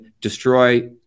destroy